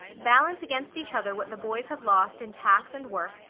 balance against each other what the boys have lost in tax and work,